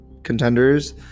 Contenders